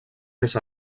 més